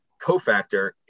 cofactor